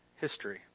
history